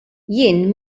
jien